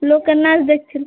লোকের নাচ দেখছিল